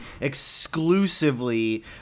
exclusively